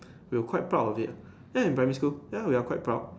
we were quite proud of it ah eh in primary school ya we are quite proud